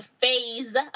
phase